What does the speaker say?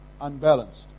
unbalanced